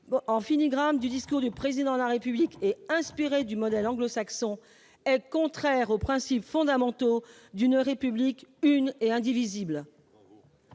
en filigrane du discours du président la République est inspirée du modèle anglo-saxon, être contraire aux principes fondamentaux d'une République une et indivisible.